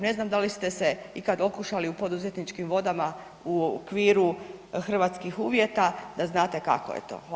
Ne znam da li ste se ikad okušali u poduzetničkim vodama u okviru hrvatskih uvjeta da znate kako je to?